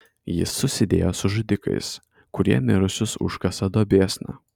jis susidėjo su žudikais kurie mirusius užkasa duobėsna